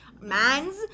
man's